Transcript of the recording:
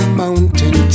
mountain